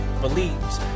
believes